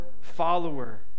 follower